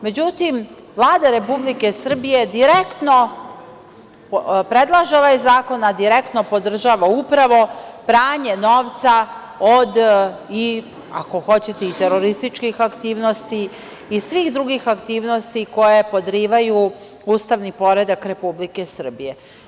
Međutim, Vlada Republike Srbije predlaže ovaj zakon, a direktno podržava upravo pranje novca od ako hoćete i terorističkih aktivnosti i svih drugih aktivnosti koje podrivaju ustavni poredak Republike Srbije.